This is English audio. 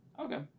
Okay